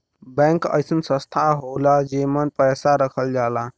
bank अइसन संस्था होला जेमन पैसा रखल जाला